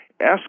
ask